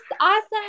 awesome